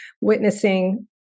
witnessing